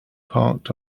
parked